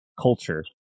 culture